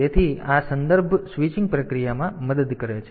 તેથી આ સંદર્ભ સ્વિચિંગ પ્રક્રિયામાં મદદ કરે છે